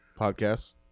Podcasts